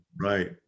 right